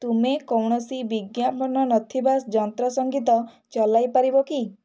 ତୁମେ କୌଣସି ବିଜ୍ଞାପନ ନଥିବା ଯନ୍ତ୍ର ସଙ୍ଗୀତ ଚଲାଇ ପାରିବ କି